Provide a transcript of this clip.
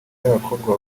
y’abakobwa